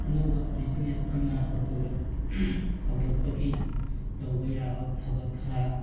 ꯑꯅꯧꯕ ꯕꯤꯖꯤꯅꯦꯁ ꯑꯃ ꯍꯧꯗꯣꯔꯛ ꯍꯧꯗꯣꯛꯄꯒꯤ ꯇꯧꯕ ꯌꯥꯕ ꯊꯕꯛ ꯈꯔ